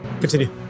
Continue